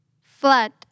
Flood